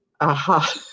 Aha